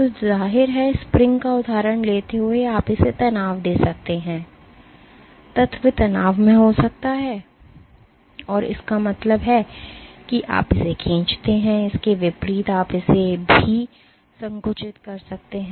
तो ज़ाहिर है स्प्रिंग का उदाहरण लेते हुए आप इसे तनाव दे सकते हैं तत्व तनाव में हो सकता है इसका मतलब है कि आप इसे खींचते हैं इसके विपरीत आप इसे भी संकुचित कर सकते हैं